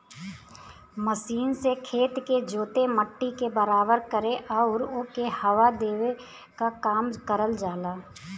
machine से खेत के जोते, मट्टी के बराबर करे आउर ओके हवा देवे क काम करल जाला